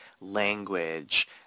language